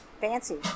Fancy